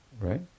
Right